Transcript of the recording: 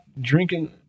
drinking